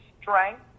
strength